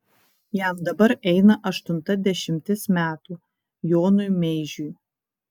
jam dabar eina aštunta dešimtis metų jonui meižiui